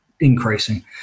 increasing